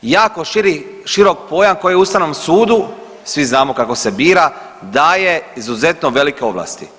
Jako širok pojam koji Ustavnom sudu, svi znamo kako se bira daje izuzetno velike ovlasti.